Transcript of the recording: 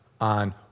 on